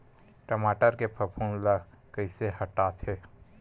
टमाटर के फफूंद ल कइसे हटाथे?